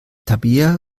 tabea